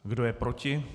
Kdo je proti?